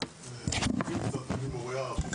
פיקדון.